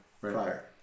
Prior